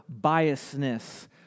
biasness